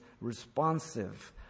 responsive